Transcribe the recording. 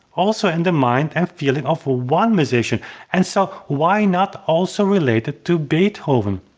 also in the mind and feeling of one musician and so why not also related to beethoven.